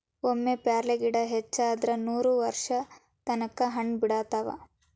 ಒಮ್ಮೆ ಪ್ಯಾರ್ಲಗಿಡಾ ಹಚ್ಚಿದ್ರ ನೂರವರ್ಷದ ತನಕಾ ಹಣ್ಣ ಬಿಡತಾವ